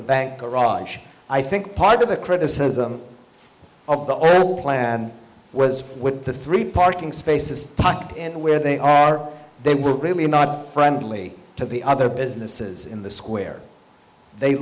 the bank garage and i think part of the criticism of the plan was with the three parking spaces tucked into where they are they were really not friendly to the other businesses in the square they